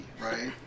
right